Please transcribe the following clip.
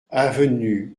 avenue